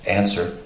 answer